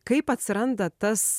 kaip atsiranda tas